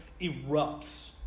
erupts